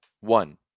One